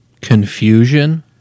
confusion